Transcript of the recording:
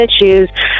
issues